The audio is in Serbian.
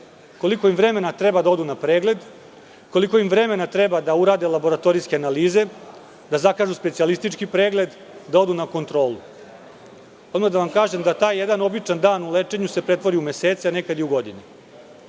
koliko im vremena treba da odu na pregled, koliko im vremena treba da urade laboratorijske analize, da zakažu specijalistički pregled, da odu na kontrolu? Odmah da vam kažem da se taj jedan običan dan u lečenju pretvori u mesece, a nekada i u godine.